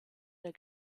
der